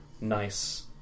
nice